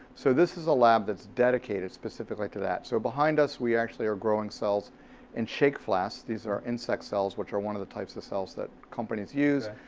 so, this is a lab that's dedicated specifically to that. so, behind us we actually are growing cells in shake flasks. these are insect cells which are one of the types of cells that companies use.